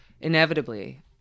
inevitably